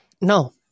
no